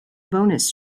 bonus